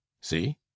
See